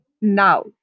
now